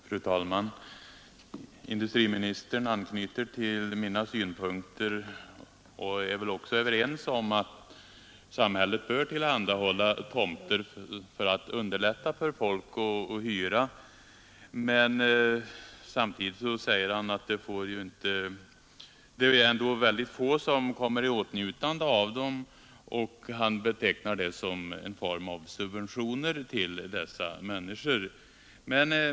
Fru talman! Industriministern anknyter till mina synpunkter och är tydligen överens med mig om att samhället bör tillhandahålla tomter och underlätta för folk att få hyra stugor. Samtidigt säger han att det är få som kommer i åtnjutande av detta och han betecknar det som en form av subvention till dem som får hyra.